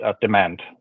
Demand